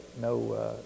no